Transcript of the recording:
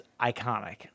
iconic